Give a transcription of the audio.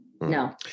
No